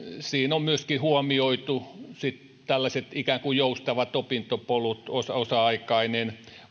siinä on myöskin huomioitu sitten tällaiset ikään kuin joustavat opintopolut osa osa aikainen